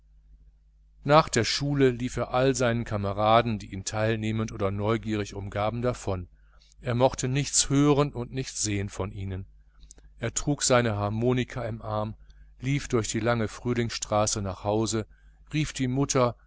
nach der schule lief er all seinen kameraden die ihn teilnehmend oder neugierig umgaben davon er mochte nichts hören und nichts sehen von ihnen er trug seine harmonika im arm lief durch die lange frühlingsstraße nach hause rief die mutter